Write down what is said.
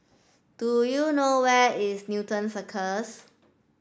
do you know where is Newton Cirus